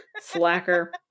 Slacker